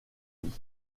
vie